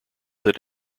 that